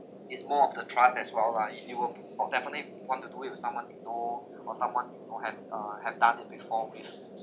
it's more of the trust as well lah if you would would definitely want to do it with someone you know or someone or have uh have done it before with